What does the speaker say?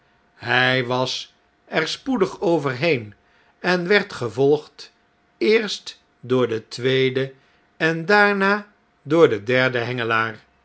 hy was er spoedig overheen en werd gevolgd eerst door den tweeden en daarna door den derden